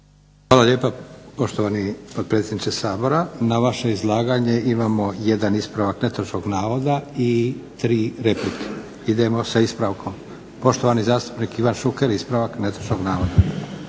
Hvala lijepa poštovani predsjedniče Sabora. Na vaše izlaganje imamo jedan ispravak netočnog navoda i tri replike. Idemo sa ispravkom. Poštovani zastupnik Ivan Šuker ispravak netočnog navoda.